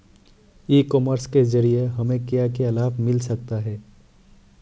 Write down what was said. ई commerce के ज़रिए हमें क्या क्या लाभ मिल सकता है?